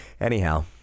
Anyhow